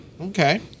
Okay